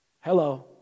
Hello